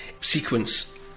sequence